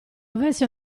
avesse